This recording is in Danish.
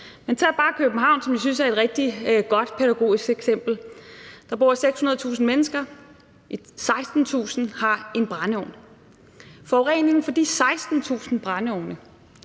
mig bare tage København, som jeg synes er et rigtig godt pædagogisk eksempel. Der bor 600.000 mennesker, og 16.000 har en brændeovn. Forureningen fra de 16.000 brændeovne